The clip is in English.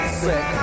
sick